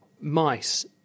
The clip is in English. mice